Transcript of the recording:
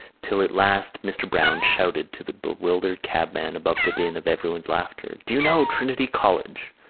till at last mr. browne shouted to the bewildered cabman above the din of everybody's laughter do you know trinity college?